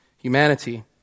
humanity